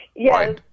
Yes